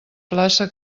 plaça